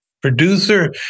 producer